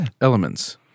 elements